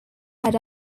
had